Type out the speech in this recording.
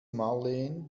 marleen